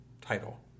title